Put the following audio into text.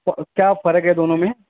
تو کیا فرق ہے دونوں میں